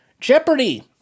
Jeopardy